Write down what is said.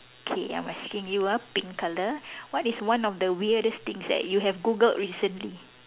okay I'm asking you ah pink colour what is one of the weirdest thing that you have Google recently